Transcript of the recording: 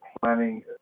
planning